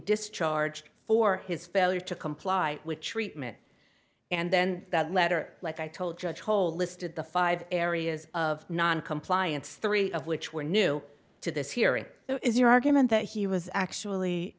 discharged for his failure to comply with treatment and then that letter like i told judge hole listed the five areas of noncompliance three of which were new to this hearing is your argument that he was actually